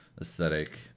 aesthetic